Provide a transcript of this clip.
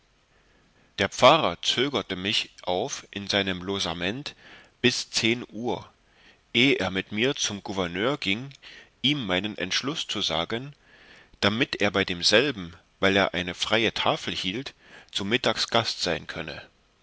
der pfarrer zögerte mich auf in seinem losament bis zehn uhr eh er mit mir zum gouverneur gieng ihm meinen entschluß zu sagen damit er bei demselben weil er eine freie tafel hielt zu mittags gast sein könne